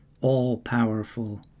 all-powerful